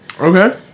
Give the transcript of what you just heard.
Okay